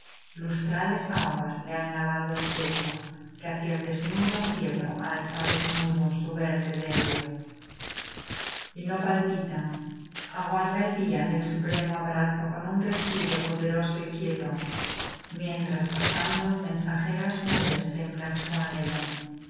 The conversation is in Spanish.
lústrales aguas le han lavado el pecho que hacia el desnudo cielo alza desnudo su verde vello y no palpita aguarda en un respiro de la bóveda toda el fuerte beso á que el cielo y la tierra se confundan en lazo eterno aguarda el día del supremo abrazo con un respiro poderoso y quieto mientras pasando mensajeras nubes templan su anhelo